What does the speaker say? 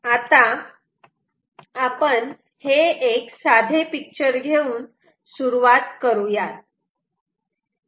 आता आपण हे एक साधे पिक्चर घेऊन सुरुवात करूयात